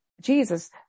Jesus